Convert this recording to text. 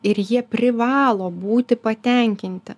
ir jie privalo būti patenkinti